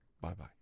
Bye-bye